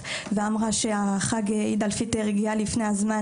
ואמרה שהחג איד-אל-פיטר הגיע לפני הזמן,